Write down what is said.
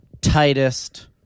tightest